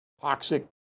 toxic